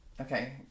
Okay